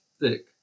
thick